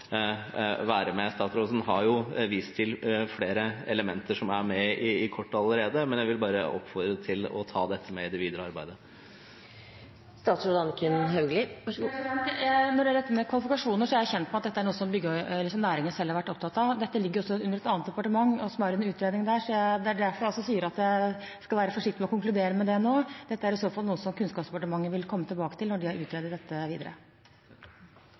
være med. Statsråden har jo vist til flere elementer som er med i kortet allerede, men jeg vil bare oppfordre til å ta dette med i det videre arbeidet. Når det gjelder dette med kvalifikasjoner, er jeg kjent med at dette er noe som næringen selv har vært opptatt av. Dette ligger under et annet departement, og er under utredning der, så det er derfor jeg sier at jeg skal være forsiktig med å konkludere med det nå. Dette er i så fall noe som Kunnskapsdepartementet vil komme tilbake til når de har utredet dette videre.